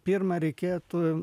pirma reikėtų